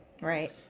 Right